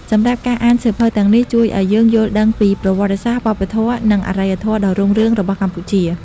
សម្រាប់ការអានសៀវភៅទាំងនេះជួយឲ្យយើងយល់ដឹងពី ប្រវត្តិសាស្ត្រ វប្បធម៌ និងអរិយធម៌ដ៏រុងរឿងរបស់កម្ពុជា។